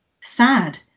sad